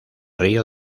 río